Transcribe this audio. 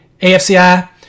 AFCI